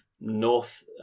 north